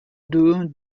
deux